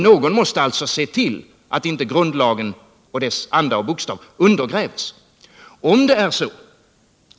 Någon måste alltså se till att grundlagen och dess anda och bokstav inte undergrävs.